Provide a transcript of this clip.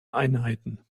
einheiten